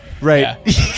right